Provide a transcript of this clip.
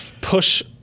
push